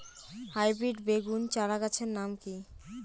Hybrid বেগুন চারাগাছের নাম কি?